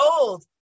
old